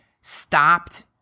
stopped